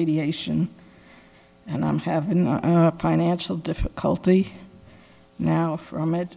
radiation and i'm having no financial difficulty now from it